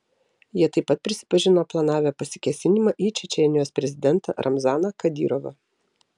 jie taip pat prisipažino planavę pasikėsinimą į čečėnijos prezidentą ramzaną kadyrovą